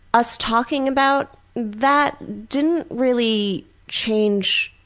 us talking about that didn't really change